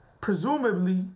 Presumably